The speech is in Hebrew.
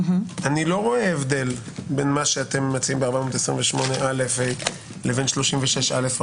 לא רואה הבדל בין מה שאתם מציעים ב-428א(ה) ל-36א,